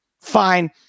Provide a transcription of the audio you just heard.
Fine